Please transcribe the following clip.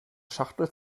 schachtel